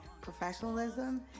professionalism